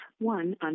one